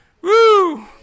Woo